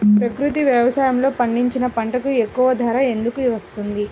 ప్రకృతి వ్యవసాయములో పండించిన పంటలకు ఎక్కువ ధర ఎందుకు వస్తుంది?